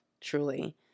truly